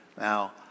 Now